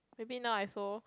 maybe now I saw